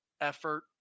effort